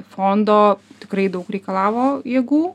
fondo tikrai daug reikalavo jėgų